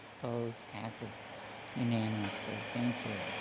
opposed. passes unanimously, thank you.